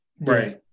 Right